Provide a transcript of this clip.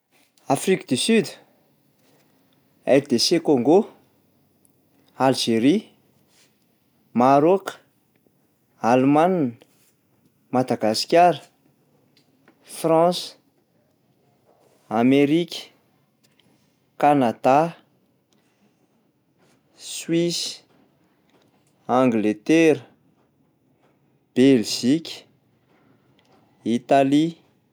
Afrique du Sud, RDC Congo, Algérie, Marôka, Alemana, Madagasikara, Fransa, Amerika, Kanada, Suisse, Angletera, Belzika, Italy.